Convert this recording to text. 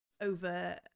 over